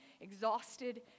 exhausted